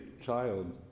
child